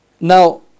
Now